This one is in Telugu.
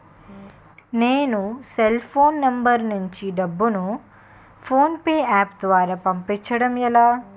నేను సెల్ ఫోన్ నంబర్ నుంచి డబ్బును ను ఫోన్పే అప్ ద్వారా పంపించడం ఎలా?